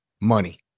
Money